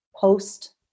post